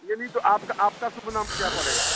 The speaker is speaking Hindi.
यह नहीं तो आपका आपका शुभ नाम क्या पड़ेगा